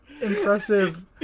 impressive